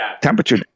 temperature